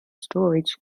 storage